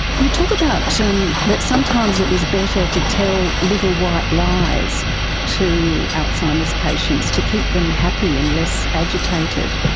you talk about how um but sometimes it was better to tell little white lies to alzheimer's patients, to keep them happy and less agitated.